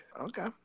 Okay